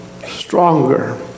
stronger